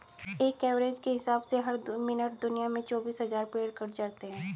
एक एवरेज के हिसाब से हर मिनट दुनिया में चौबीस हज़ार पेड़ कट जाते हैं